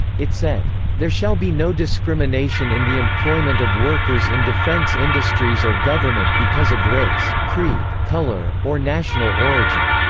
it said there shall be no discrimination in the employment of workers in defense industries or government because of race, creed, color, or national origin.